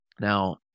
Now